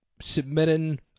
Submitting